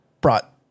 brought